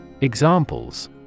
Examples